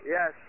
Yes